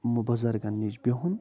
مہٕ بٕزرگن نِش بِہُن